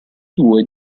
due